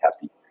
happy